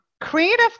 creative